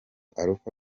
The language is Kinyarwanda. alpha